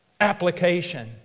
application